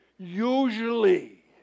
Usually